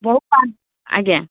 ବହୁ ଆଜ୍ଞା